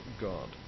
God